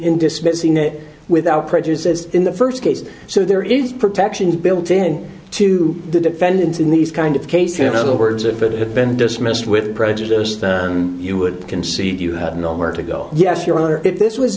in dismissing it without prejudice as in the first case so there is protections built in to the defendants in these kind of case in other words if it had been dismissed with prejudice than you would concede you had nowhere to go yes your honor if this was